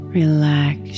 relax